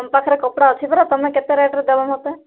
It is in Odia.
ତୁମ ପାଖରେ କପଡ଼ା ଅଛି ପରା ତୁମେ କେତେ ରେଟ୍ରେ ଦେବ ମୋତେ